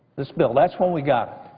this bill, that's when we got